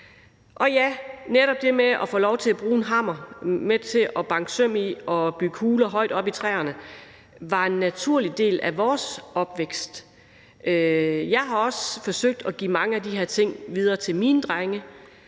Ja, netop det at få lov til at bruge en hammer, at banke søm i og bygge huler højt oppe i træerne var en naturlig del af vores opvækst. Jeg har også forsøgt at give mange af de her ting videre til mine drenge,